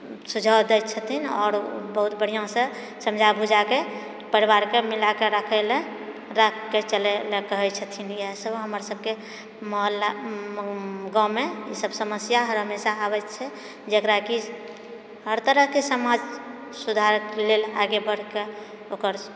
सुझाव दैत छथिन बहुत बढियाँसँ समझाए बुझाएके परिवारके मिलाएके राखए लए राखिके चलै लऽ कहैत छथिन इएह सब हमर सबके मोहल्ला गाँवमे ई सब समस्या हमेशा आबए छै जकरा कि हर तरहकेँ समाज सुधारके लेल आगे बढ़ि कऽ ओकर